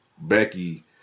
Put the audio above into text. Becky